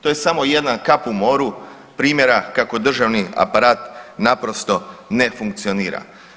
To je samo jedna kap u moru primjera kako državni aparat naprosto ne funkcionira.